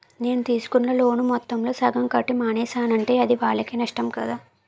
నేను తీసుకున్న లోను మొత్తంలో సగం కట్టి మానేసానంటే అది వాళ్ళకే నష్టం కదా